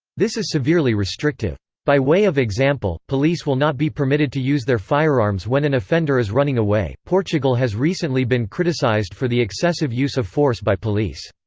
this is severely restrictive. by way of example, example, police will not be permitted to use their firearms when an offender is running away portugal has recently been criticised for the excessive use of force by police.